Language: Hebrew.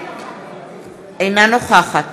אינה נוכחת